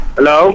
Hello